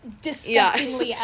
disgustingly